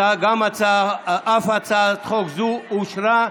הצעת החוק אושרה.